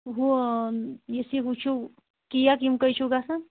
ہُہ یُس یہِ ہُہ چھُو کیک یِم کٔہہِ چھُو گژھان